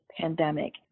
pandemic